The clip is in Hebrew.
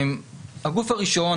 הגוף הראשון,